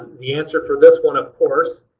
the answer for this one, of course,